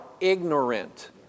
ignorant